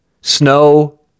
snow